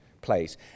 place